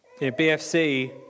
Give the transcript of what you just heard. BFC